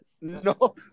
no